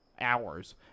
hours